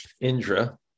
Indra